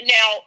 Now